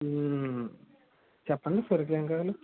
చెప్పండి సరుకులు ఏం కావాలో